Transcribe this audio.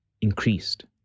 increased